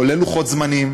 כולל לוחות זמנים,